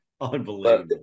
unbelievable